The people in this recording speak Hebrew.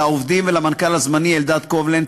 לעובדים ולמנכ"ל הזמני אלדד קובלנץ,